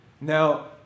Now